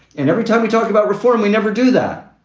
and every time we talk about reform, we never do that.